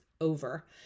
over